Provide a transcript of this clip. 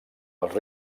els